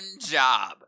job